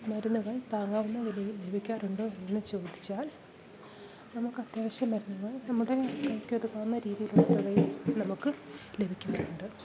മരുന്നുകൾ താങ്ങാവുന്ന വിലയിൽ ലഭിക്കാറുണ്ടോ എന്ന് ചോദിച്ചാൽ നമുക്ക് അത്യാവശ്യം മരുന്നുകൾ നമ്മുടെ കൈക്കൊതുങ്ങാവുന്ന രീതിയിലുള്ള തുകയിൽ നമുക്ക് ലഭിക്കുന്നുണ്ട്